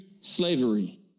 slavery